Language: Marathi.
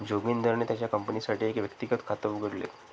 जोगिंदरने त्याच्या कंपनीसाठी एक व्यक्तिगत खात उघडले